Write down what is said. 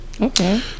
Okay